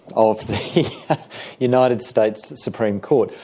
of the united states supreme court.